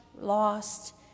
lost